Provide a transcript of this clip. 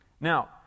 Now